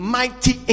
mighty